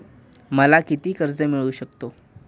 मला किती कर्ज मिळू शकते?